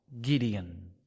Gideon